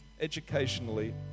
educationally